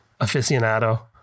aficionado